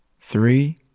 Three